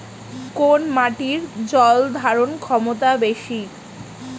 কোন মাটির জল ধারণ ক্ষমতা বেশি?